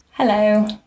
Hello